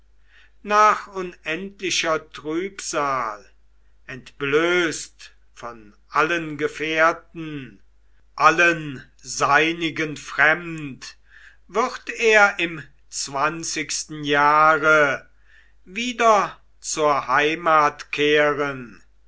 nach unendlicher trübsal entblößt von allen gefährten allen seinigen fremd würd er im zwanzigsten jahre wieder zur heimat kehren